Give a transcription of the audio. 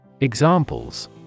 Examples